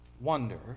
wonder